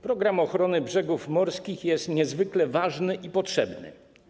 Program ochrony brzegów morskich jest niezwykle ważny i potrzebny.